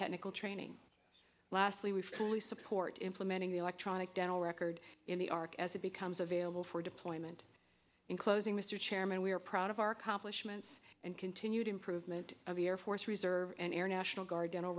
technical training lastly we fully support implementing the electronic dental record in the ark as it becomes available for deployment in closing mr chairman we are proud of our compliments and continued improvement of the air force reserve and air national guard dental